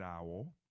owl